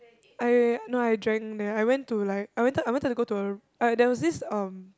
I no I drank there I went to like I wanted I wanted to go to a there was this um